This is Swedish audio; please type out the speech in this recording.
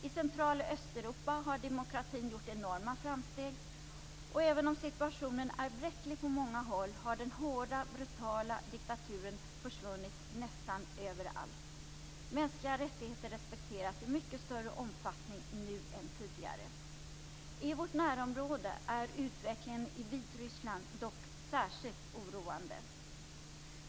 I Central och Östeuropa har demokratin gjort enorma framsteg, och även om situationen är bräcklig på många håll har den hårda, brutala diktaturen försvunnit nästan överallt. Mänskliga rättigheter respekteras i mycket större omfattning nu än tidigare. I vårt närområde är utvecklingen i Vitryssland dock särskilt oroande.